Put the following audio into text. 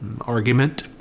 argument